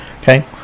Okay